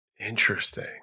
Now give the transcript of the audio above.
Interesting